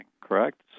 correct